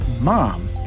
mom